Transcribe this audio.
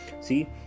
See